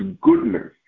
goodness